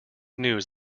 news